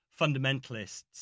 fundamentalists